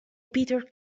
peter